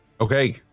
Okay